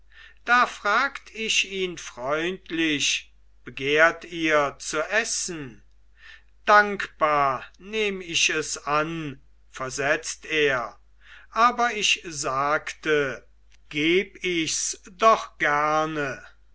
da fragt ich ihn freundlich begehrt ihr zu essen dankbar nehm ich es an versetzt er aber ich sagte geb ichs doch gerne